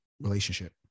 relationship